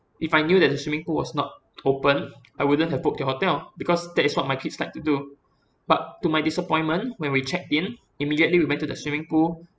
if I knew that the swimming pool was not open I wouldn't have booked your hotel because that is what my kids like to do but to my disappointment when we checked-in immediately we went to the swimming pool